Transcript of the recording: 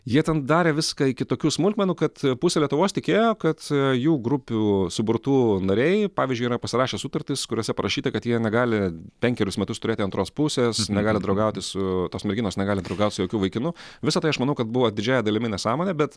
jie ten darė viską iki tokių smulkmenų kad pusė lietuvos tikėjo kad jų grupių suburtų nariai pavyzdžiui yra pasirašę sutartis kuriose parašyta kad jie negali penkerius metus turėti antros pusės negali draugauti su tos merginos negali draugaut su jokiu vaikinu visa tai aš manau kad buvo didžiąja dalimi nesąmonė bet